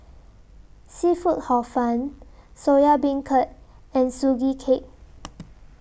Seafood Hor Fun Soya Beancurd and Sugee Cake